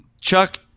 Chuck